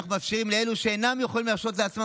כך אנחנו מאפשרים לאלו שאינם יכולים להרשות לעצמם